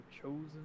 chosen